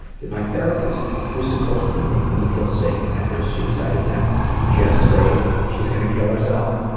did my therapist who's supposed to be making me feel safe after a suicide attempt just say she's gonna kill herself?